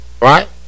Right